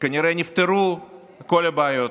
כנראה נפתרו כל הבעיות,